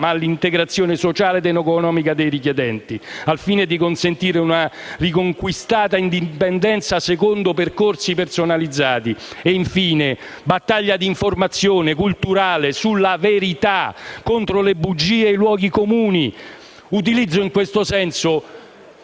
ma all'integrazione sociale ed economica dei richiedenti, al fine di consentire una riconquista dell'indipendenza secondo percorsi personalizzati. Infine, occorre una battaglia di informazione culturale sulla verità contro le bugie e i luoghi comuni. E utilizzo al riguardo le